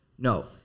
No